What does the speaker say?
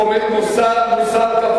רבותי, יש פה מוסר כפול.